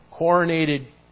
coronated